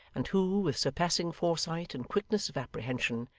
and who, with surpassing foresight and quickness of apprehension,